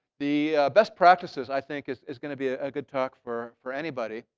the best practices, i think, is is going to be a good talk for for anybody.